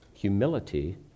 Humility